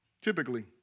Typically